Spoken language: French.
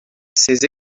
ces